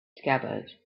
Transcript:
scabbard